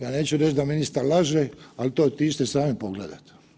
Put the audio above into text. Ja neću reći da ministar laže, ali to otiđite sami pogledati.